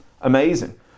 Amazing